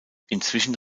inzwischen